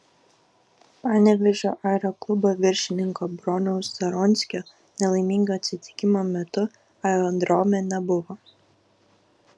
panevėžio aeroklubo viršininko broniaus zaronskio nelaimingo atsitikimo metu aerodrome nebuvo